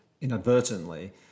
inadvertently